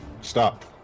Stop